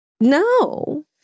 no